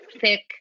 thick